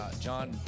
John